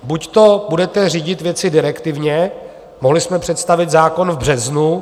Buďto budete řídit věci direktivně mohli jsme představit zákon v březnu.